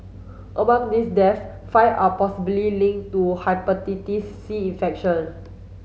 among these deaths five are possibly linked to Hepatitis C infection